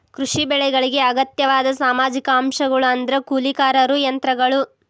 ಕೃಷಿ ಬೆಳೆಗಳಿಗೆ ಅಗತ್ಯವಾದ ಸಾಮಾಜಿಕ ಅಂಶಗಳು ಅಂದ್ರ ಕೂಲಿಕಾರರು ಯಂತ್ರಗಳು